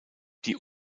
die